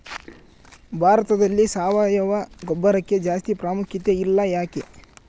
ಭಾರತದಲ್ಲಿ ಸಾವಯವ ಗೊಬ್ಬರಕ್ಕೆ ಜಾಸ್ತಿ ಪ್ರಾಮುಖ್ಯತೆ ಇಲ್ಲ ಯಾಕೆ?